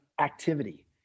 activity